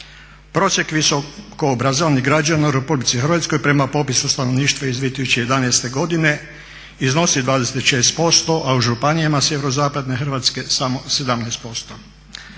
Prosjek visoko obrazovanih građana u Republici Hrvatskoj prema popisu stanovništva iz 2011. godine iznosi 26%, a u županijama SZ Hrvatske samo 17%.